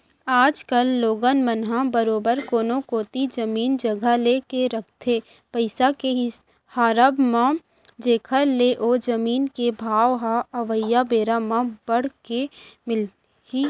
आज कल लोगन मन ह बरोबर कोनो कोती जमीन जघा लेके रखथे पइसा के राहब म जेखर ले ओ जमीन के भाव ह अवइया बेरा म बड़ के मिलही कहिके